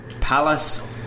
Palace